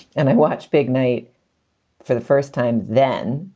and i watched big night for the first time then.